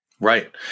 Right